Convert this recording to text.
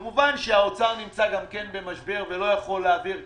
כמובן שהאוצר נמצא גם הוא במשבר ולא יכול להעביר כסף.